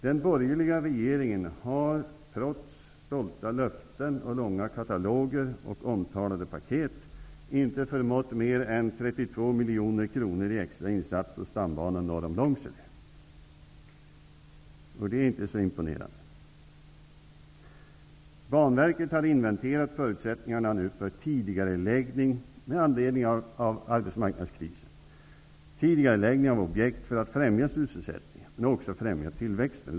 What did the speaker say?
Den borgerliga regeringen har trots stolta löften, långa kataloger och omtalade paket inte förmått mer än 32 miljoner kronor i extra insatser på stambanan norr om Långsele. Det är inte så imponerande. Banverket har med anledning av arbetsmarknadskrisen inventerat förutsättningarna för tidigareläggning av objekt för att långsiktigt främja sysselsättningen och även tillväxten.